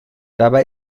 dabei